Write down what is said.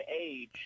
age